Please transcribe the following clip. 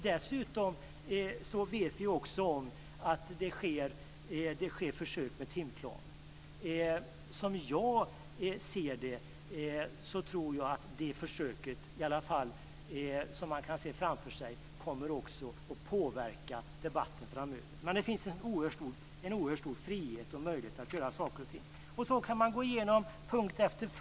Dessutom vet vi att det sker försök med timplanen, och jag tror att försöket kommer att påverka debatten framöver. Det finns alltså en oerhört stor frihet och möjlighet att göra saker och ting. Så kan man gå igenom punkt efter punkt.